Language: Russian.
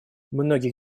многих